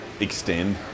extend